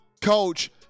coach